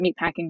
meatpacking